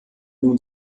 nun